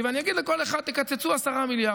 ואני אגיד לכל אחד: תקצצו 10 מיליארד,